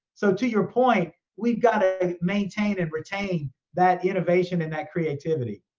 so to your point, we've gotta maintain and retain that innovation and that creativity.